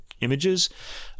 images